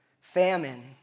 famine